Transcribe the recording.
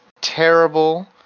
terrible